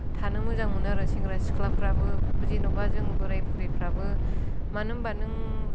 थानो मोजां मोनो आरो सेंग्रा सिख्लाफ्राबो जेनबा जों बोराय बुरैफोराबो मानो होमबा नों